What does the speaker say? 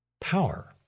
power